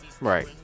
Right